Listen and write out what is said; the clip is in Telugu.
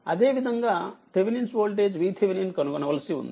అదేవిధంగా థేవినిన్స్ వోల్టేజ్VThevenin కనుగొనవలసి ఉంది